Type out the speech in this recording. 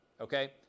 Okay